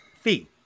Fee